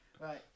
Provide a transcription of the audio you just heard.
Right